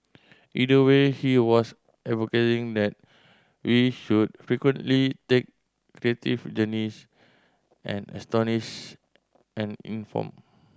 either way he was advocating that we should frequently take creative journeys and astonish and inform